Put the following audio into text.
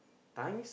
times